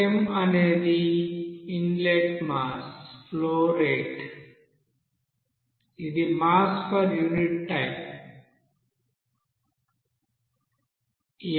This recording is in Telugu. అనేది ఇన్లెట్ మాస్ ఫ్లో రేటు ఇది మాస్ ఫర్ యూనిట్ టైం